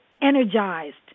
energized